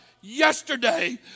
yesterday